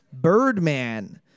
Birdman